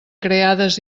creades